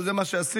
וזה מה שעשינו,